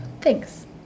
thanks